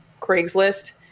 Craigslist